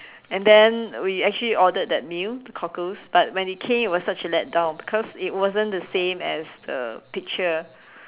and then we actually ordered that new cockles but when it came was such a let-down because it wasn't the same as the picture